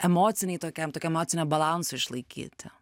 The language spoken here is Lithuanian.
emocinei tokiam tokiam emociniam balansui išlaikyt